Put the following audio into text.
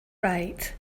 right